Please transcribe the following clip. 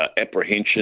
apprehension